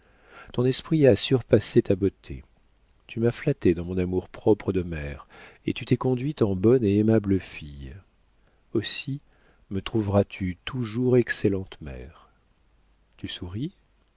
ton esprit a surpassé ta beauté tu m'as flattée dans mon amour-propre de mère et tu t'es conduite en bonne et aimable fille aussi me trouveras-tu toujours excellente mère tu souris